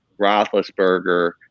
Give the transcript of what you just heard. Roethlisberger